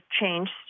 changed